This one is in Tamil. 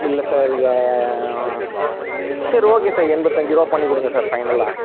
இல்லை சார் இது சரி ஓகே சார் எண்பத்தஞ்சிரூபா பண்ணிக் கொடுங்க சார் ஃபைனலாக